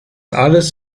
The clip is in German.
alles